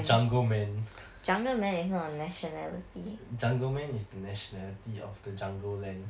jungle men jungle men is the nationality of the jungle land